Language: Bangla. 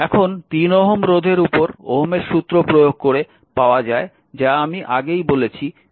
এখন 3 Ω রোধের উপর ওহমের সূত্র প্রয়োগ করে পাওয়া যায় যা আমি আগেই বলেছি যে v0 3 i